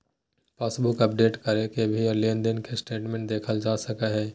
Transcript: passbook update करा के भी लेनदेन के स्टेटमेंट देखल जा सकय हय